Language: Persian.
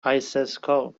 آیسِسکو